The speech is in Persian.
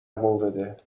مورد